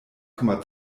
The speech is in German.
komma